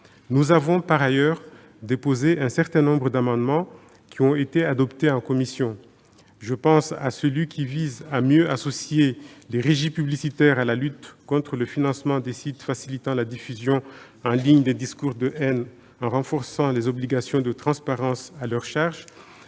Nous avons par ailleurs déposé un certain nombre d'amendements, qui ont été adoptés en commission. Je pense à celui qui vise à mieux associer les régies publicitaires à la lutte contre le financement des sites facilitant la diffusion en ligne des discours de haine, en renforçant les obligations de transparence qui leur incombent.